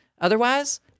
Otherwise